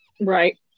Right